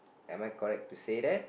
am I correct to say that